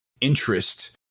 interest